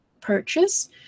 purchase